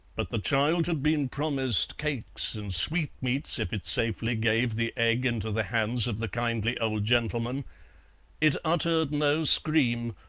but the child had been promised cakes and sweetmeats if it safely gave the egg into the hands of the kindly old gentleman it uttered no scream,